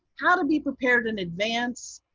how to be prepared in advance,